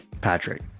patrick